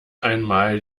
einmal